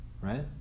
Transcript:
right